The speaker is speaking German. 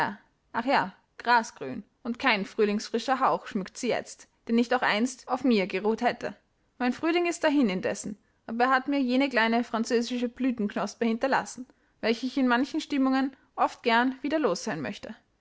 ach ja grasgrün und kein frühlingsfrischer hauch schmückt sie jetzt der nicht auch einst auf mir geruht hätte mein frühling ist dahin indessen aber er hat mir jene kleine französische blütenknospe hinterlassen welche ich in manchen stimmungen oft gern wieder los sein möchte